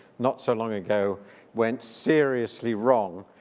not so long ago went seriously wrong,